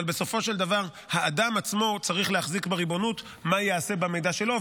אבל בסופו של דבר האדם עצמו צריך להחזיק בריבונות מה ייעשה במידע שלו,